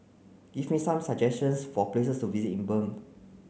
give me some suggestions for places to visit in Bern